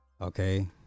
okay